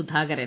Sudhakaran